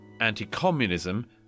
anti-communism